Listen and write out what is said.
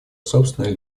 собственное